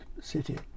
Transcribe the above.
city